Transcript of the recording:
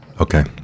Okay